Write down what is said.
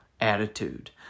attitude